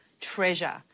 treasure